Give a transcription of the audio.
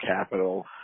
capital